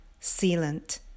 sealant